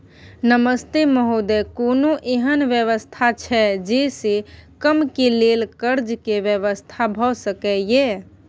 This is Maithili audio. नमस्ते महोदय, कोनो एहन व्यवस्था छै जे से कम के लेल कर्ज के व्यवस्था भ सके ये?